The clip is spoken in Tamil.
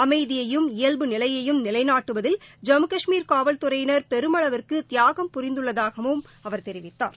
அமைதியையும் இயல்பு நிலையையும் நிலைநாட்டுவதில் ஜம்மு கஷ்மீர் காவல்தறையினர் பெருமளவிற்கு தியாகவும் புரிந்துள்ளதாகவும் அவர் தெரிவித்தார்